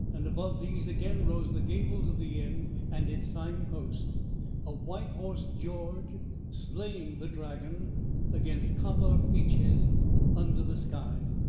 and above these again rose the gables of the inn and its signpost a white-horsed george slaying the dragon against copper beeches under the sky.